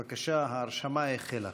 בבקשה, ההרשמה החלה.